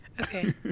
Okay